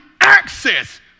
access